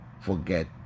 forget